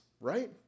right